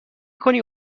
کنی